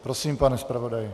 Prosím, pane zpravodaji.